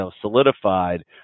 solidified